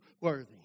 worthy